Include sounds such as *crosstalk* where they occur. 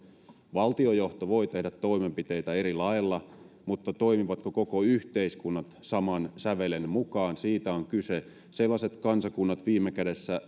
valtiojohto voi tehdä toimenpiteitä eri laeilla mutta toimivatko kaikki yhteiskunnat saman sävelen mukaan siitä on kyse sellaiset kansakunnat viime kädessä *unintelligible*